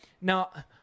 now